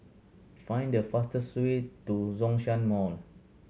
find the fastest way to Zhongshan Mall